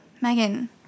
Megan